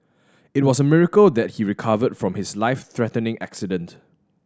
it was a miracle that he recovered from his life threatening accident